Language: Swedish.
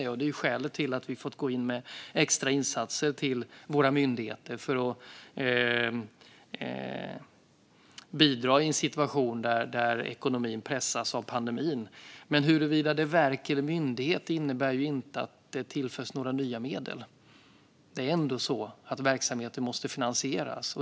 Det är skälet till att vi har fått gå in med extra insatser till våra myndigheter för att bidra i en situation där ekonomin pressas av pandemin. Det tillförs inte några nya medel beroende på om det är ett verk eller en myndighet. Det är ändå så att verksamheter måste finansieras.